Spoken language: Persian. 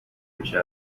میشه